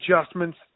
adjustments